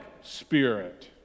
spirit